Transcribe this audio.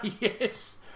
Yes